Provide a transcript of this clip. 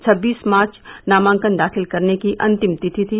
छब्बीस मार्च नामांकन दाखिल करने की अंतिम तिथि थी